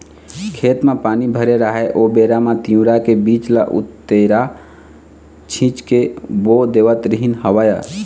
खेत म पानी भरे राहय ओ बेरा म तिंवरा के बीज ल उतेरा छिंच के बो देवत रिहिंन हवँय